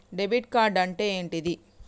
Debit card అంటే ఏంటిది?